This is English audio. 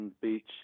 Beach